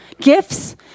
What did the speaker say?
Gifts